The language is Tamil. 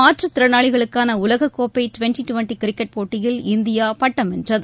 மாற்றுத் திறனாளிகளுக்கான உலகக் கோப்பை டுவென்டி டுவென்டி கிரிக்கெட் போட்டியில் இந்தியா பட்டம் வென்றது